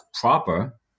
proper